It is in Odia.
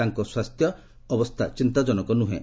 ତାଙ୍କ ସ୍ୱାସ୍ଥ୍ୟ ଅବସ୍ଥା ଚିନ୍ତାଜନକ ନୁହେଁ